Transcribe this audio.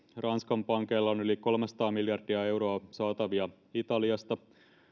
ranskan pankeilla on yli kolmesataa miljardia euroa saatavia italiasta